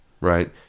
right